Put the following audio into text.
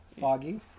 foggy